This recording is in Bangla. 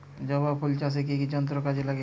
জবা ফুল চাষে কি কি যন্ত্র কাজে লাগে?